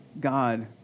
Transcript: God